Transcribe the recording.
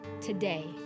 today